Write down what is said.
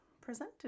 presented